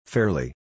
Fairly